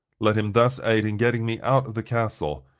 let him thus aid in getting me out of the castle,